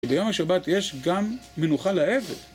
ביום השבת יש גם מנוחה לעבד.